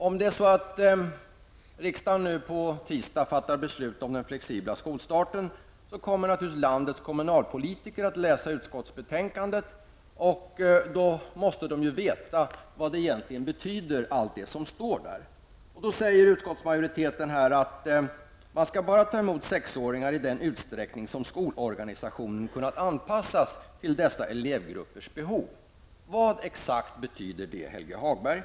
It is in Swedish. Om riksdagen nu på tisdag fattar beslut om den flexibla skolstarten, kommer naturligtvis landets kommunalpolitiker att läsa utskottetsbetänkandet, och de måste då veta vad allt det som står där egentligen betyder. Utskottsmajoriteten skriver i betänkandet att man bara skall ta emot sexåringar ''i den utsträckning som skolorganisationen kunnat anpassas till denna elevgrupps behov''. Exakt vad betyder det, Helge Hagberg?